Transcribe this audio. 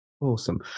Awesome